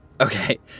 Okay